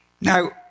Now